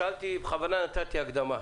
בכוונה נתתי הקדמה.